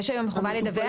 יש היום חובה לדווח?